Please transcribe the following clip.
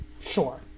Sure